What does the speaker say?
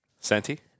Santi